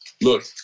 look